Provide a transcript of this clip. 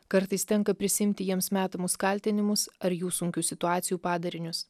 kartais tenka prisiimti jiems metamus kaltinimus ar jų sunkių situacijų padarinius